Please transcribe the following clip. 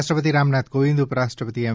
રાષ્ટ્રપતિ શ્રી રામનાથ કોવિંદ ઉપરાષ્ટ્રપતિ એમ